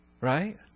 Right